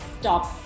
stop